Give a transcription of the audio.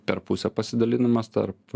per pusę pasidalinimas tarp